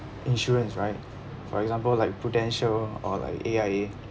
insurance right for example like prudential or like A_I_A